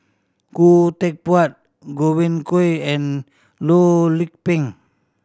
Khoo Teck Puat Godwin Koay and Loh Lik Peng